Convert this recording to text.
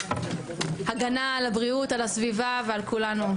הגנה על הבריאות, על הסביבה ועל כולנו.